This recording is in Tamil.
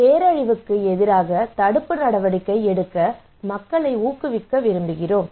பேரழிவுக்கு எதிராக தடுப்பு நடவடிக்கை எடுக்க மக்களை ஊக்குவிக்க விரும்புகிறோம்